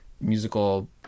musical